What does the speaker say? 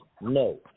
No